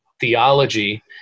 theology